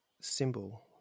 symbol